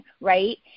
right